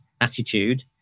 attitude